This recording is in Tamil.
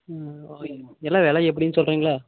ஓகேங்க எல்லாம் வில எப்படின்னு சொல்லுறீங்களா